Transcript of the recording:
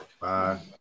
Bye